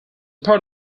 part